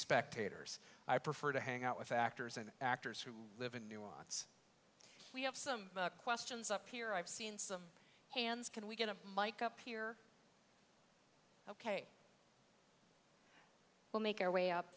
spectators i prefer to hang out with actors and actors who live in nuance we have some questions up here i've seen some hands can we get a mike up here ok we'll make our way up